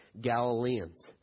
Galileans